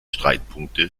streitpunkte